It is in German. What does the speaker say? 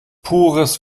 pures